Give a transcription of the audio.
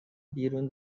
بیرون